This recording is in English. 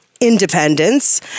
independence